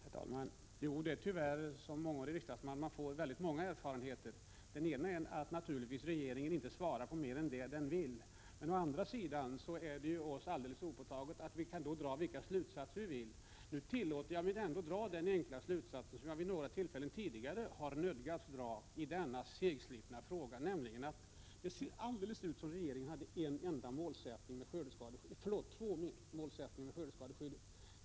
Herr talman! Ja, det är tyvärr efter många år som riksdagsman som man har åtskilliga erfarenheter. En erfarenhet är att regeringen inte svarar på mer än vad den vill svara på. Å andra sidan är det oss riksdagsledamöter helt obetaget att dra vilka slutsatser vi vill. Jag tillåter mig dra den enkla slutsatsen — som jag tidigare vid några tillfällen har nödgats dra i denna segslitna fråga — att regeringen har två målsättningar med skördeskadeskyddet.